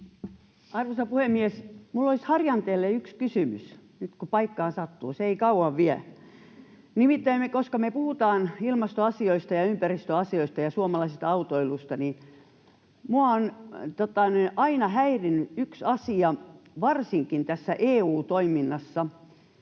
Arvoisa puhemies! Minulla olisi Harjanteelle yksi kysymys, nyt kun paikkaan sattuu. Se ei kauaa vie. Nimittäin koska me puhutaan ilmastoasioista ja ympäristöasioista ja suomalaisesta autoilusta, niin minua on aina häirinnyt yksi asia varsinkin EU-toiminnassa.